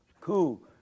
Cool